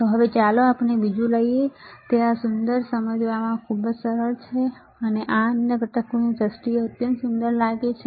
તો હવે ચાલો આપણે બીજું લઈએ આ સુંદર તે સમજવામાં ખૂબ જ સરળ છે અને આ અન્ય ઘટકોની દ્રષ્ટિએ અત્યંત સુંદર લાગે છે